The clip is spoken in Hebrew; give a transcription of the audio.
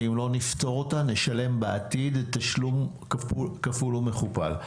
ואם לא נפתור אותה נשלם בעתיד תשלום כפול ומכופל.